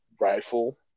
rifle